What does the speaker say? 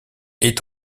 est